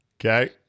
Okay